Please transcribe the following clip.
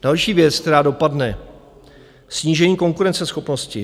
Další věc, která dopadne, snížení konkurenceschopnosti.